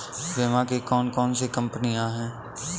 बीमा की कौन कौन सी कंपनियाँ हैं?